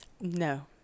No